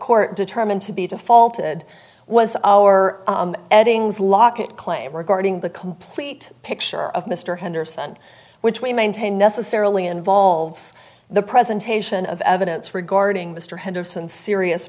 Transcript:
court determined to be defaulted was our eddings locket claim regarding the complete picture of mr henderson which we maintain necessarily involves the presentation of evidence regarding mr henderson serious